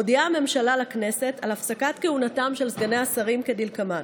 מודיעה הממשלה לכנסת על הפסקת כהונתם של סגני השרים כדלקמן: